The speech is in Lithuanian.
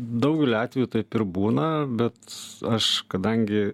daugeliu atvejų taip ir būna bet aš kadangi